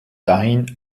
dahin